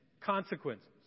consequences